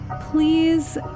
please